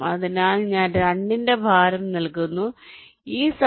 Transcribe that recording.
അതിനാൽ ഞാൻ രണ്ടിന്റെ ഭാരം നൽകുന്നു എന്നാൽ ഈ സാഹചര്യത്തിൽ B1 B2 B3